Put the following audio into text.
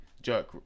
Jerk